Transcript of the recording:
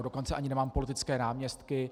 Dokonce ani nemám politické náměstky.